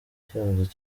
kiramutse